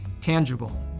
tangible